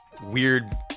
weird